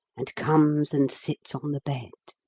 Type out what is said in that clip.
and comes and sits on the bed.